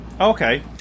Okay